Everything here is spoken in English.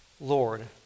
Lord